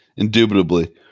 indubitably